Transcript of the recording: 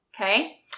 okay